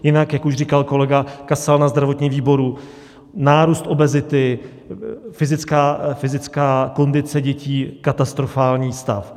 Jinak jak už říkal kolega Kasal na zdravotním výboru, nárůst obezity, fyzická kondice dětí katastrofální stav.